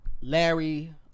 Larry